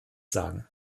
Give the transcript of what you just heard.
sagen